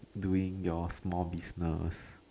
doing your small business